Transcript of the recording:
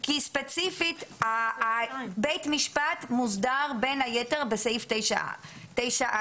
כי ספציפית בית משפט מוסדר בין היתר בסעיף 9א(4)